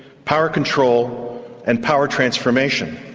power control and power transformation.